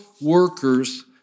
workers